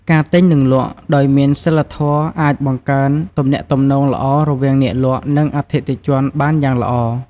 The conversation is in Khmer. ការទិញ និងលក់ដោយមានសីលធម៌អាចបង្កើនទំនាក់ទំនងល្អរវាងអ្នកលក់ និងអតិថិជនបានយ៉ាងល្អ។